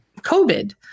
COVID